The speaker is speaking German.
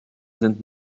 sind